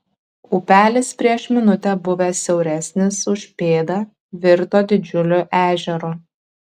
upelis prieš minutę buvęs siauresnis už pėdą virto didžiuliu ežeru